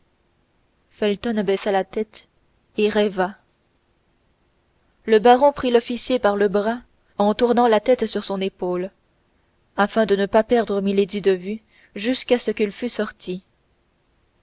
felton baissa la tête et rêva le baron prit l'officier par le bras en tournant la tête sur son épaule afin de ne pas perdre milady de vue jusqu'à ce qu'il fût sorti